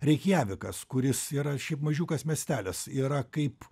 reikjavikas kuris yra šiaip mažiukas miestelis yra kaip